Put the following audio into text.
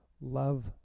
love